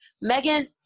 Megan